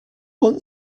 want